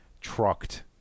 trucked